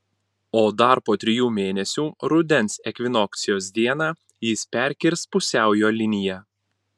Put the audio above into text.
o dar po trijų mėnesių rudens ekvinokcijos dieną jis perkirs pusiaujo liniją